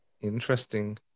Interesting